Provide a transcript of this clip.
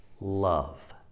love